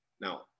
now